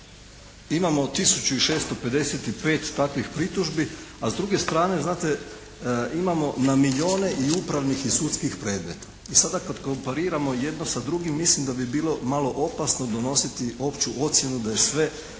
imamo 1655 takvih pritužbi. A s druge strane znate, imamo na milijune i upravnih i sudskih predmeta. I sada kada kompariramo jedno sa drugim, mislim da bi bilo malo opasno donositi opću ocjenu da je sve